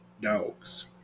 dogs